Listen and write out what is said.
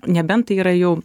nebent tai yra jau